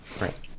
Right